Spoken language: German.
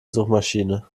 suchmaschine